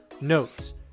notes